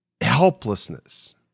helplessness